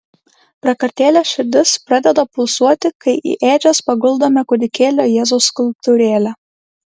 prakartėlės širdis pradeda pulsuoti kai į ėdžias paguldome kūdikėlio jėzaus skulptūrėlę